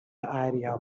idea